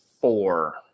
Four